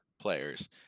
players